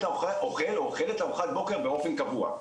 או אוכלת ארוחת בוקר באופן קבוע?